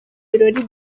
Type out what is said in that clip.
birori